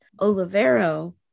Olivero